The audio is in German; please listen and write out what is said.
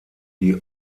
die